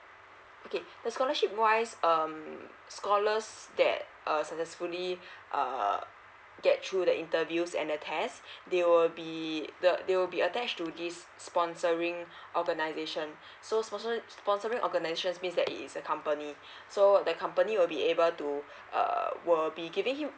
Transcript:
okay the scholarship wise um scholars that a successfully uh get through the interviews and the test they will be the they will be attached to this sponsoring organisation so so sponsoring organizations means that it is a company so the company will be able to uh will be giving him